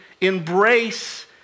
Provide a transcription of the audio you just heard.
embrace